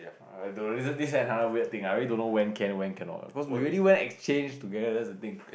err this reason this kind of weird thing I really don't know when can when cannot cause we already went exchange together that's the thing